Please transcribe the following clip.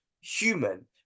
human